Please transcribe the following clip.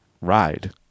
ride